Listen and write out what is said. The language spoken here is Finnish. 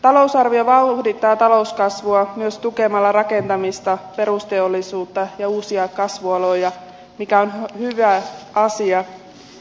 talousarvio vauhdittaa talouskasvua myös tukemalla rakentamista perusteollisuutta ja uusia kasvualoja mikä on hyvä asia